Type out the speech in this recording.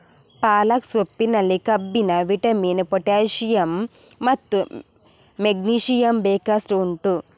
ಪಾಲಕ್ ಸೊಪ್ಪಿನಲ್ಲಿ ಕಬ್ಬಿಣ, vitamin, potassium ಮತ್ತು ಮೆಗ್ನೀಸಿಯಮ್ ಬೇಕಷ್ಟು ಉಂಟು